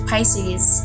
Pisces